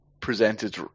presented